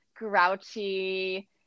Grouchy